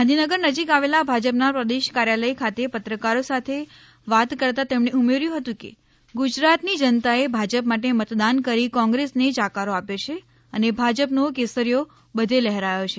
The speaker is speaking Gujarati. ગાંધીનગર નજીક આવેલા ભાજપ ના પ્રદેશ કાર્યાલય ખાતે પત્રકારો સાથે વાત કરતાં તેમણે ઉમેર્યું હતું કે ગુજરાત ની જનતાએ ભાજપ માટે મતદાન કરી કોંગ્રેસ ને જાકારો આપ્યો છે અને ભાજપ નો કેસરીયો બધે લહેરાયો છે